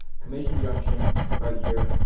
commission junction right here,